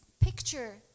picture